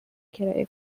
کرایه